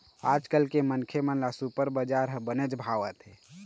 आजकाल के मनखे मन ल सुपर बजार ह बनेच भावत हे